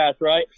right